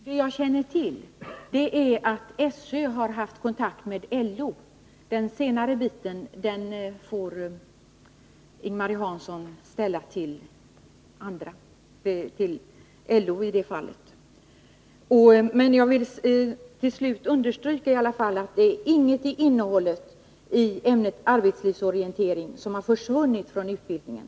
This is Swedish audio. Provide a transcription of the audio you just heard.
Herr talman! Vad jag känner till är att SÖ har haft kontakt med LO. Den senare frågan får Ing-Marie Hansson ställa till LO. Jag vill till slut understryka att inget av innehållet i ämnet arbetslivsorientering har försvunnit ur utbildningen.